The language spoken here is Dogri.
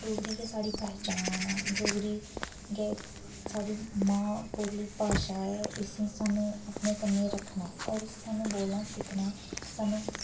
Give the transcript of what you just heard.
डोगरी गै साढ़ी पैह्चान ऐ डोगरी गै साढ़ी मां बोली भाशा ऐ इसी सानू अपने कन्नै रक्खना ऐ होर इसी सानू बोलना सिक्खना ऐ सानू